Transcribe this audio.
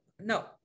no